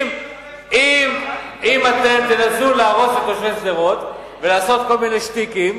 אם אתם תנסו להרוס לתושבי שדרות ולעשות כל מיני שטיקים,